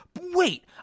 Wait